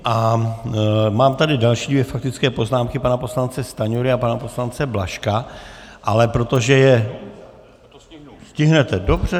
A mám tady další dvě faktické poznámky pana poslance Stanjury a pana poslance Blažka, ale protože je... stihnete, dobře.